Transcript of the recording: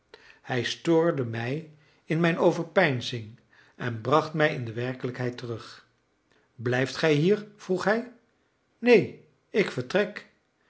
hij stoorde mij in mijn overpeinzing en bracht mij in de werkelijkheid terug blijft gij hier vroeg hij neen ik vertrek